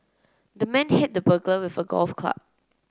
the man hit the burglar with a golf club